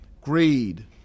greed